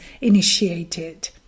initiated